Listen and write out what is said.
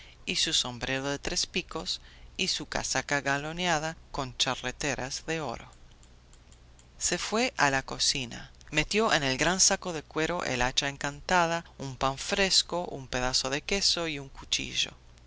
y su sombrero de tres picos y su casaca galoneada con charreteras de oro se fue a la cocina metió en el gran saco de cuero el hacha encantada un pan fresco un pedazo de queso y un cuchillo